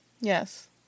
Yes